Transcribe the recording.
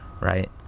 right